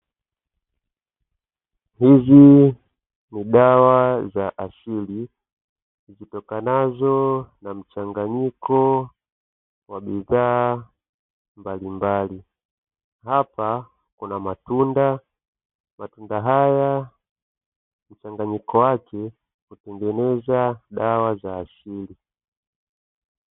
Hizi ni dawa za asili, zitokanazo na mchanganyiko wa bidhaa mbalimbali. Hapa kuna matunda, matunda haya mchanganyiko wake hutengeneza dawa za asili.